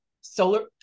solar